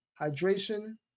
hydration